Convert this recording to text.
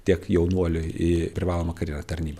tiek jaunuolių į privalomą karinę tarnybą